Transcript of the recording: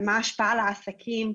מה ההשפעה על העסקים.